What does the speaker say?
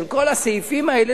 בכל הסעיפים האלה,